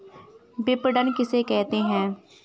विपणन किसे कहते हैं?